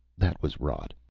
that was rot.